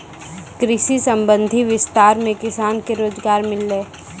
कृषि संबंधी विस्तार मे किसान के रोजगार मिल्लै